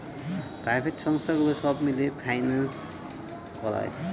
private সংস্থাগুলো সব মিলে ফিন্যান্স করায়